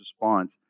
response